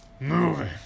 moving